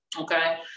okay